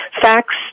facts